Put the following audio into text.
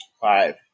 Five